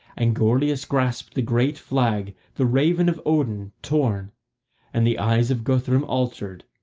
and gorlias grasped the great flag, the raven of odin, torn and the eyes of guthrum altered,